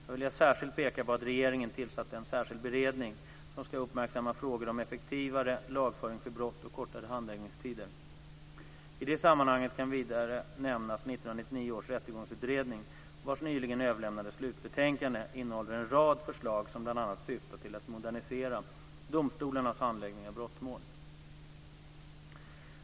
Här vill jag särskilt peka på att regeringen tillsatt en särskild beredning som ska uppmärksamma frågor om effektivare lagföring för brott och kortare handläggningstider. I det sammanhanget kan vidare nämnas 1999 års rättegångsutredning vars nyligen överlämnade slutbetänkande innehåller en rad förslag som bl.a. syftar till att modernisera domstolarnas handläggning av brottmål.